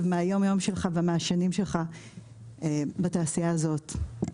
מהיום-יום שלך ומהשנים שלך בתעשייה הזאת.